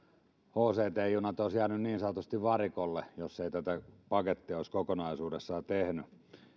hct junat olisivat jääneet niin sanotusti varikolle jos ei tätä pakettia olisi kokonaisuudessaan tehty isona